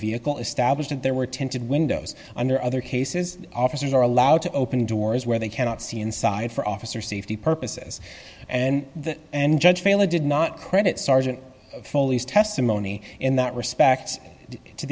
vehicle establish that there were tented windows and there are other cases officers are allowed to open doors where they cannot see inside for officer safety purposes and and judge family did not credit sergeant foley's testimony in that respect to